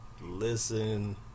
listen